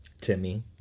Timmy